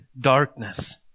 darkness